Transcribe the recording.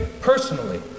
personally